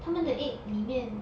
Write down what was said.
他们的 egg 里面